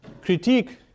critique